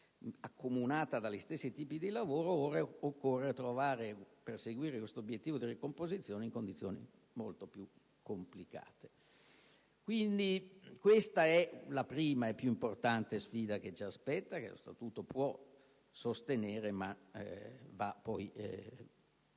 Questa è la prima e più importante sfida che ci aspetta, e che lo Statuto può sostenere, ma va poi